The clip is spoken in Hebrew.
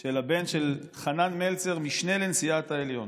של הבן של חנן מלצר, משנה נשיאת העליון,